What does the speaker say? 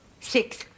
Six